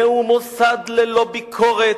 זהו מוסד ללא ביקורת,